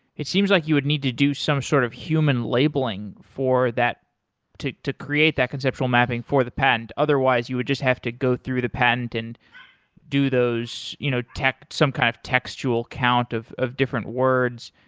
it seems like you would need to do some sort of human labeling for that to to create that conceptual mapping for the patent, otherwise you would just have to go through the patent and do those you know some kind of textual count of of different words.